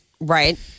Right